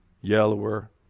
yellower